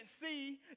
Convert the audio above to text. see